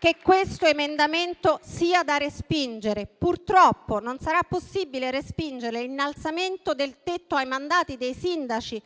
che questo emendamento sia da respingere. Purtroppo, non sarà possibile respingere l'innalzamento del tetto ai mandati dei sindaci